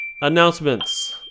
Announcements